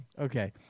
Okay